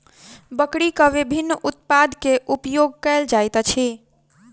बकरीक विभिन्न उत्पाद के उपयोग कयल जाइत अछि